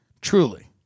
Truly